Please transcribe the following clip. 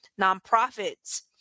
nonprofits